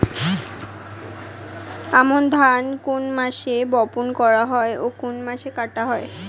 আমন ধান কোন মাসে বপন করা হয় ও কোন মাসে কাটা হয়?